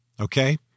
okay